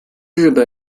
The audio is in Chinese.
日本